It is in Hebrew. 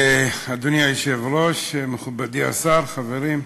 אדוני היושב-ראש, מכובדי השר, חברים,